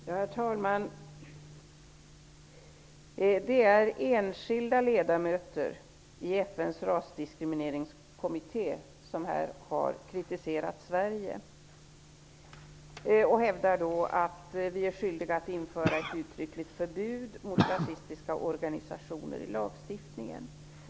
Herr talman! Det är enskilda ledamöter i FN:s rasdiskrimineringskommitté som har kritiserat Sverige. De hävdar att vi är skyldiga att införa ett uttryckligt förbud mot rasistiska organisationer i lagstiftningen.